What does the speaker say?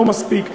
לא מספיק,